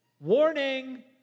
Warning